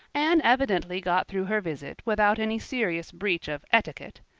anne evidently got through her visit without any serious breach of etiquette,